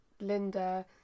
linda